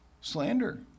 slander